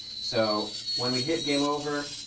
so when we hit game over,